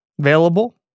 available